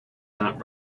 not